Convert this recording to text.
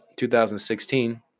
2016